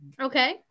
okay